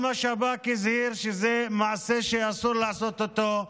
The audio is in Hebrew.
גם השב"כ הזהיר שזה מעשה שאסור לעשות אותו,